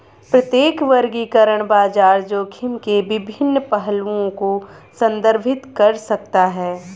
प्रत्येक वर्गीकरण बाजार जोखिम के विभिन्न पहलुओं को संदर्भित कर सकता है